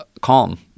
calm